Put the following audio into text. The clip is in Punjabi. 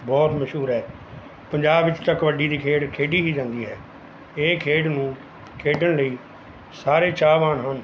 ਬਹੁਤ ਮਸ਼ਹੂਰ ਹੈ ਪੰਜਾਬ ਵਿੱਚ ਤਾਂ ਕਬੱਡੀ ਦੀ ਖੇਡ ਖੇਡੀ ਹੀ ਜਾਂਦੀ ਹੈ ਇਹ ਖੇਡ ਨੂੰ ਖੇਡਣ ਲਈ ਸਾਰੇ ਚਾਹਵਾਨ ਹਨ